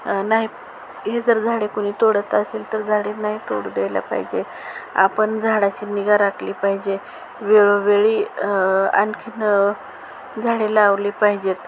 नाही हे जर झाडे कुणी तोडत असेल तर झाडे नाही तोडू द्यायला पाहिजे आपण झाडाची निगा राखली पाहिजे वेळोवेळी आणखीन झाडे लावली पाहिजेत